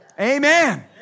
Amen